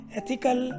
ethical